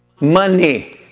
money